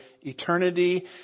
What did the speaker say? eternity